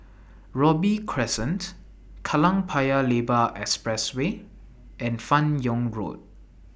Robey Crescent Kallang Paya Lebar Expressway and fan Yoong Road